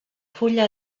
fulla